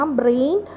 brain